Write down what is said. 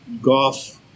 golf